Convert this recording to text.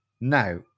Now